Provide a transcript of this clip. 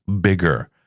bigger